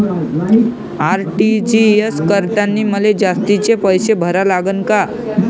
RTGS करतांनी मले जास्तीचे पैसे भरा लागन का?